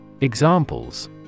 Examples